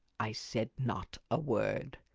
i said not a word.